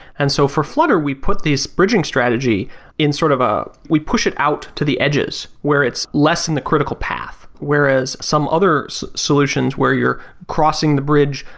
and so for flutter, we put these bridging strategy in sort of ah we push it out to the edges where it's less in the critical path, whereas some other solutions where you're crossing the bridge,